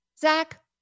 zach